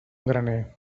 graner